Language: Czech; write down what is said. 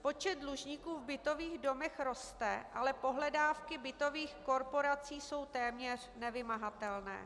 Počet dlužníků v bytových domech roste, ale pohledávky bytových korporací jsou téměř nevymahatelné.